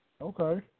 Okay